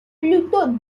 plutôt